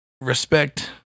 respect